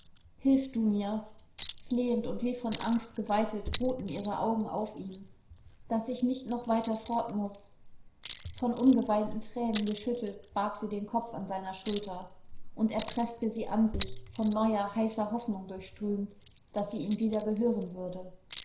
hilf du mir flehend und wie von angst geweitet ruhten ihre augen auf ihm daß ich nicht noch weiter fort muß von ungeweinten tränen geschüttelt barg sie den kopf an seiner schulter und er preßte sie an sich von neuer heißer hoffnung durchströmt daß sie ihm wieder gehören würde